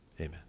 amen